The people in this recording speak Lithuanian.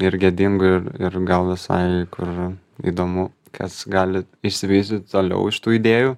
ir gėdingu ir ir gal visai kur ir įdomu kas gali išsivystyti toliau iš tų idėjų